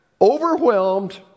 overwhelmed